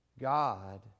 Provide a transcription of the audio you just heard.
god